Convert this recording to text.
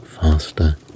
faster